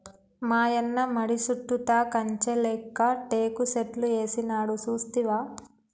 మాయన్న మడి సుట్టుతా కంచె లేక్క టేకు సెట్లు ఏసినాడు సూస్తివా